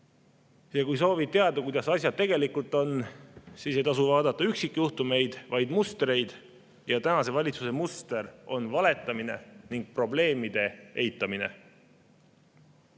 Kui soovid teada, kuidas asjad tegelikult on, siis ei tasu vaadata üksikjuhtumeid, vaid mustreid, ja tänase valitsuse muster on valetamine ning probleemide eitamine,